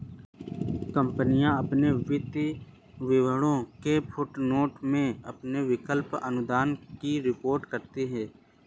कंपनियां अपने वित्तीय विवरणों में फुटनोट में अपने विकल्प अनुदान की रिपोर्ट करती हैं